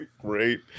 great